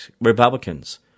Republicans